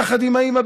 יחד עם האימא,